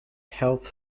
health